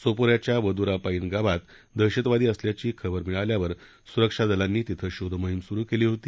सोपो याच्या वदुरा पायीन गावात दहशतवादी असल्याची माहिती मिळाल्यावर सुरक्षा दलांनी तिथं शोधमोहिम सुरु केली होती